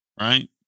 right